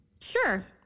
Sure